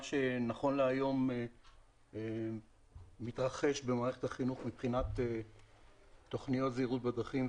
שנכון להיום מתרחש במערכת החינוך מבחינת תוכניות זהירות בדרכים,